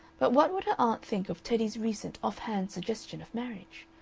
but what would her aunt think of teddy's recent off-hand suggestion of marriage?